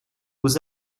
aux